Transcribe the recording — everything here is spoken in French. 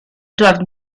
doivent